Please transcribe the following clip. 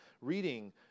reading